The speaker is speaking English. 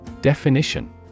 definition